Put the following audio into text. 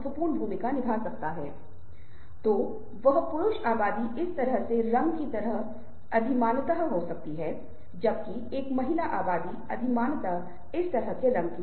अब हम उन अंको पर चलते हैं जो हमने अवलोकन में रूपरेखा में किए हैं जो आप पाठ्यक्रम में अपनाएंगे